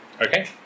Okay